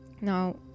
now